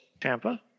Tampa